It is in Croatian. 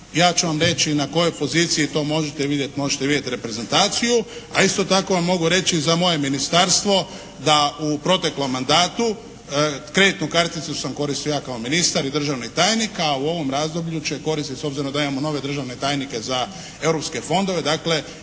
ja ću vam reći na kojoj poziciji to možete vidjeti. Možete vidjeti reprezentaciju, a isto tako vam mogu reći za moje Ministarstvo, da u proteklom mandatu kreditnu karticu sam koristio ja kao ministar i državni tajnik, a u ovom razdoblju će koristiti, s obzirom da imamo nove državne tajnike za europske fondove, dakle,